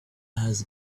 has